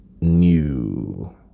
new